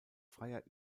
freier